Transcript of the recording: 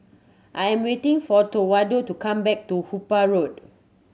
I'm waiting for Towanda to come back to Hooper Road